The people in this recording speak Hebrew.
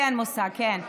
לי אין מושג, כן.